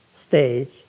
stage